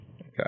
Okay